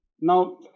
Now